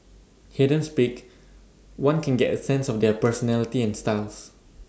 hear them speak one can get A sense of their personality and styles